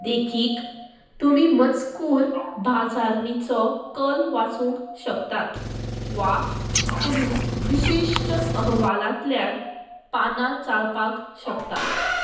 देखीक तुमी मजकूर बाजारणीचो कल वाचूंक शकतात वा तुमी विशिश्ट अहवालांतल्यान पानां चाळपाक शकतात